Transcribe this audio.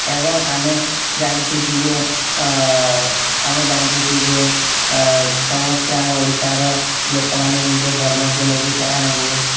ଏବଂ ଆମେ ଜାଣିଛୁ କି ଯେ ଆମେ ଜାଣିଛୁ କି ଯେ ସମସ୍ତେ ଆମ ଓଡ଼ିଶାର ଲୋକମାନେ ନିଜ ଧର୍ମକୁ ନେଇକି ସେମାନେ ବହୁତ